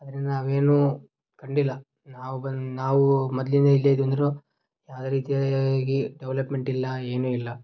ಆದರೆ ನಾವೇನೂ ಕಂಡಿಲ್ಲ ನಾವು ಬಂದು ನಾವು ಮೊದಲಿಂದ ಇಲ್ಲೇ ಇದ್ದೀವಿ ಅಂದ್ರೂ ಯಾವುದೇ ರೀತಿಯಾಗಿ ಡೆವೆಲಪ್ಮೆಂಟಿಲ್ಲ ಏನೂ ಇಲ್ಲ